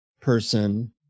person